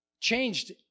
Changed